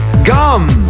gum